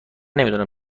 نمیدونم